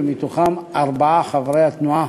ומתוכם ארבעה חברי התנועה.